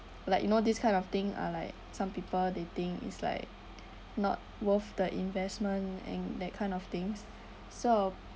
like you know this kind of thing uh like some people they think it's like not worth the investment and that kind of things so